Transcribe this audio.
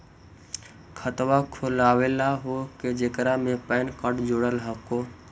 खातवा खोलवैलहो हे जेकरा मे पैन कार्ड जोड़ल हको?